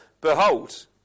Behold